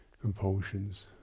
compulsions